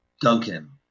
Duncan